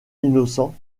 innocents